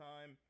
time